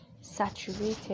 saturated